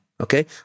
Okay